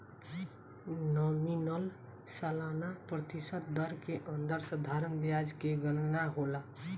nominal सालाना प्रतिशत दर के अंदर साधारण ब्याज के गनना होला